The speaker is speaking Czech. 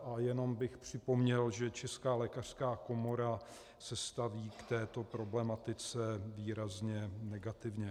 A jenom bych připomněl, že Česká lékařská komora se staví k této problematice výrazně negativně.